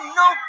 no